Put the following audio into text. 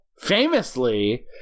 famously